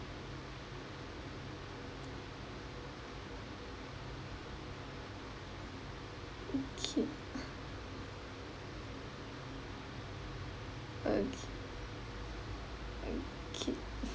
okay uh okay okay